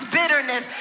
bitterness